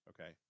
okay